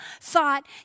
thought